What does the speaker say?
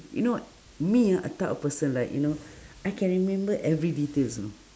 you know me uh a type of person like you know I can remember every details you know